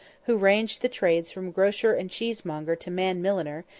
who ranged the trades from grocer and cheesemonger to man-milliner,